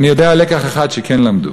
אני יודע על לקח אחד שכן למדו,